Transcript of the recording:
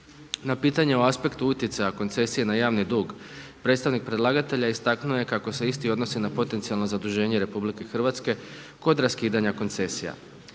Na pitanje o aspektu utjecaja koncesije na javni dug, predstavnik predlagatelja istaknuo je kako se isti odnosi na potencijalno zaduženje RH kod raskidanja koncesija.